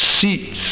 seats